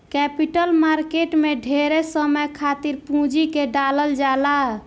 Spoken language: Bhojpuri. कैपिटल मार्केट में ढेरे समय खातिर पूंजी के डालल जाला